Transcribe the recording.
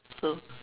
so